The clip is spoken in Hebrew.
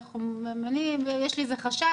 יש לי חשד,